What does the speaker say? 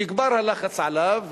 יגבר הלחץ עליו,